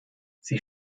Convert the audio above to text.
sie